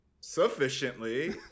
sufficiently